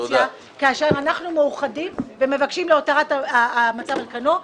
כאשר אנחנו מאוחדים ומבקשים את הותרת המצב על כנו.